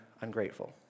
ungrateful